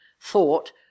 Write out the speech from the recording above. thought